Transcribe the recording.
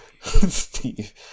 Steve